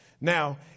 Now